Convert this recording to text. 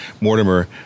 Mortimer